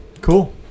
cool